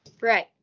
right